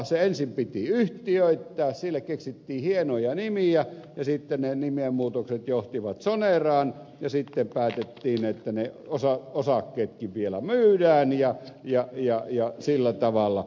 se ensin piti yhtiöittää sille keksittiin hienoja nimiä ja sitten ne nimenmuutokset johtivat soneraan ja sitten päätettiin että ne osakkeetkin vielä myydään ja sillä tavalla